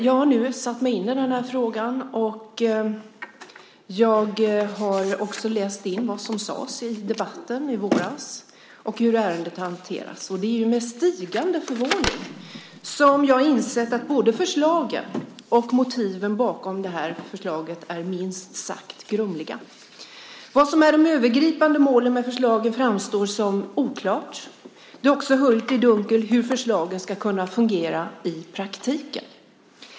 Jag har nu satt mig in i frågan och jag har också läst in vad som sades i debatten i våras och hur ärendet hanteras. Det är med stigande förvåning som jag har insett att både förslagen och motiven bakom förslaget är minst sagt grumliga. Vad som är de övergripande målen med förslagen framstår som oklart. Det är också höljt i dunkel hur förslagen ska kunna fungera i praktiken.